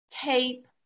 tape